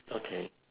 okay